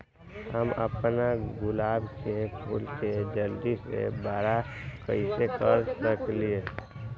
हम अपना गुलाब के फूल के जल्दी से बारा कईसे कर सकिंले?